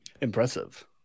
Impressive